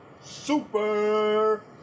Super